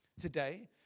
today